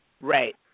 Right